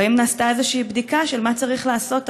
והאם נעשתה איזו בדיקה של מה צריך לעשות היום,